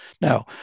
no